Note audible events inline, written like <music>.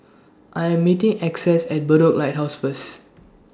I Am meeting Essex At Bedok Lighthouse First <noise>